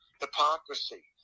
hypocrisy